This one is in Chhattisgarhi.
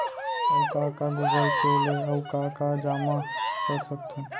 अऊ का का गूगल पे ले अऊ का का जामा कर सकथन?